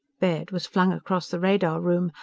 baird was flung across the radar room,